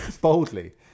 boldly